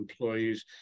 employees